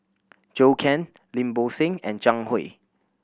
Zhou Can Lim Bo Seng and Zhang Hui